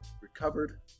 recovered